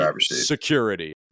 security